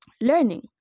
learning